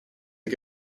are